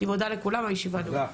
אני מודה לכולם, הישיבה נעולה.